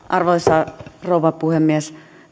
arvoisa rouva puhemies